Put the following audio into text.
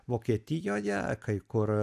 vokietijoje kai kur